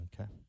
Okay